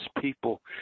people